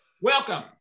welcome